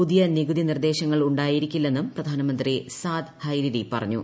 പുതിയ നികുതി നിർദ്ദേശങ്ങൾ ഉണ്ടായിരിക്കില്ലെന്നും പ്രധാനമന്ത്രി സാദ് ഹൈരിരി പറഞ്ഞു